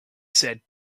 said